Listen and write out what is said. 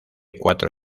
cuatro